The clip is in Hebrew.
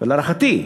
ולהערכתי,